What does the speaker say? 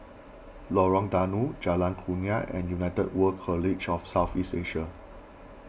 Lorong Danau Jalan Kurnia and United World College of South East Asia